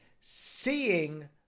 seeing